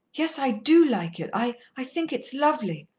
yes, i do like it. i i think it's lovely.